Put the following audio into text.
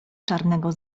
czarnego